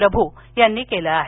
प्रभू यांनी केलं आहे